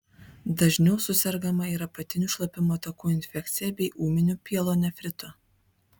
dažniau susergama ir apatinių šlapimo takų infekcija bei ūminiu pielonefritu